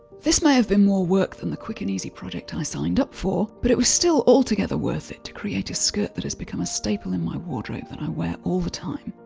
this may have been more work than the quick and easy product i signed up for, but it was still altogether worth it to create a skirt that has become a staple in my wardrobe that i wear all the time.